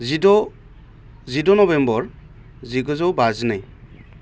जिद' जिद' नबेम्बर जिगुजौ बाजिनै